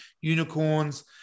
unicorns